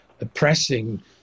oppressing